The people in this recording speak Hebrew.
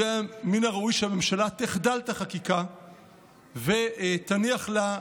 מן הראוי שהממשלה תחדל את החקיקה ותניח לה,